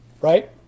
right